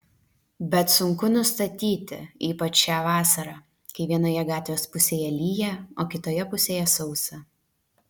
bet sunku nustatyti ypač šią vasarą kai vienoje gatvės pusėje lyja o kitoje pusėje sausa